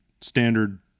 standard